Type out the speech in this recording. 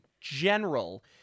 general